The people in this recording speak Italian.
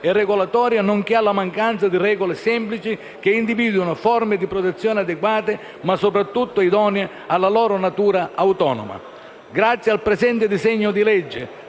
e regolatoria nonché alla mancanza di regole semplici che individuino forme di protezione adeguate, ma soprattutto idonee alla loro natura autonoma. Grazie al presente disegno di legge,